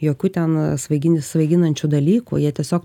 jokių ten svaigini svaiginančių dalykų jie tiesiog